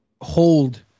hold